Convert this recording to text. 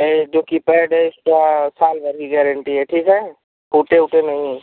जो कीपैड है उसका सालभर की गारंटी है ठीक है टूटे उटे नहीं